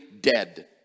dead